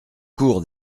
cour